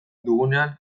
dugunean